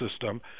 system